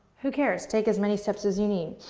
who cares. take as many steps as you need.